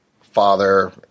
father